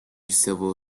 civil